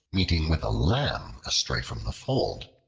meeting with a lamb astray from the fold,